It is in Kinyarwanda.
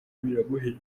biramuhira